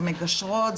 זה מגשרות,